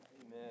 Amen